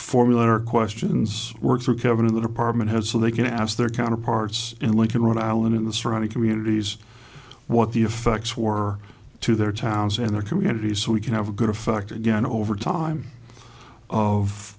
formulator questions work through kevin to the department head so they can ask their counterparts in lincoln rhode island in the surrounding communities what the effects were to their towns and their communities so we can have a good effect again over time of